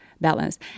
balance